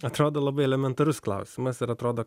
atrodo labai elementarus klausimas ir atrodo